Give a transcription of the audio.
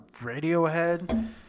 radiohead